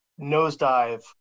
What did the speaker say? nosedive